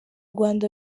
rwanda